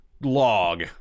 log